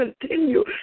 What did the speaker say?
continue